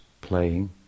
playing